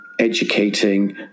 educating